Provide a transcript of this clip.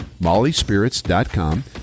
mollyspirits.com